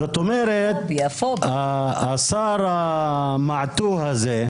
זאת אומרת, השר ההזוי הזה,